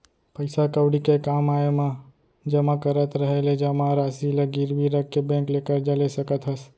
पइसा कउड़ी के काम आय म जमा करत रहें ले जमा रासि ल गिरवी रख के बेंक ले करजा ले सकत हस